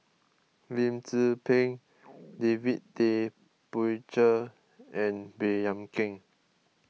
Lim Tze Peng David Tay Poey Cher and Baey Yam Keng